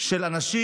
של אנשים,